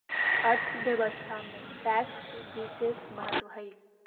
अर्थव्यवस्था में टैक्स के बिसेस महत्व हई